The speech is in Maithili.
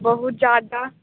बहुत जादा